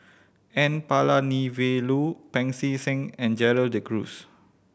N Palanivelu Pancy Seng and Gerald De Cruz